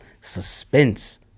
suspense